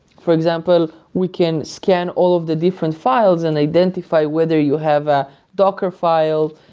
for example, we can scan all of the different files and identify whether you have a docker file.